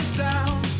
sound